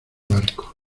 barco